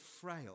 frail